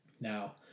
now